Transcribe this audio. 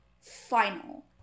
final